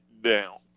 down